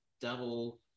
double